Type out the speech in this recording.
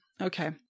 Okay